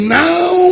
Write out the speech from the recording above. now